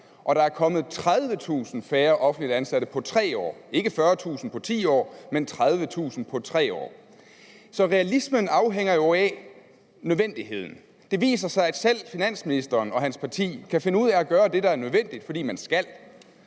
og der er blevet 30.000 færre offentligt ansatte på 3 år – ikke 40.000 på 10 år, men 30.000 på 3 år. Så realismen afhænger jo af nødvendigheden. Det viser sig, at selv finansministeren og hans parti kan finde ud af at gøre det, der er nødvendigt, fordi man skal.